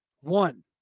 One